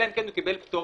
אלא אם כן הוא קיבל פטור,